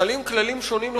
חלים כללים שונים לחלוטין,